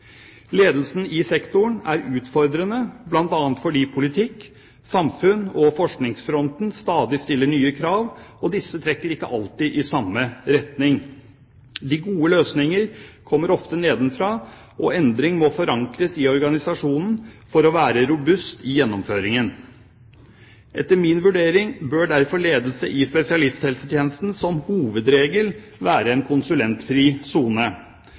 i sektoren er utfordrende, bl.a. fordi politikk, samfunn og forskningsfronten stadig stiller nye krav, og disse trekker ikke alltid i samme retning. De gode løsningene kommer ofte nedenfra, og endring må forankres i organisasjonen for å være robust i gjennomføringen. Etter min vurdering bør derfor ledelse i spesialisthelsetjenesten som hovedregel være en konsulentfri sone.